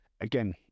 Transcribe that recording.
again